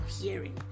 hearing